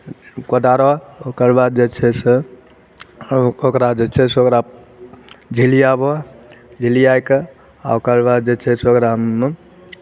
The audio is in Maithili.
कोदारह ओकर बाद जे छै से ओकरा जे छै से ओकरा झिलियाबह झिलियाए कऽ आ ओकर बाद जे छै से ओकरामे